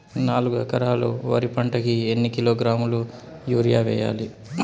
నాలుగు ఎకరాలు వరి పంటకి ఎన్ని కిలోగ్రాముల యూరియ వేయాలి?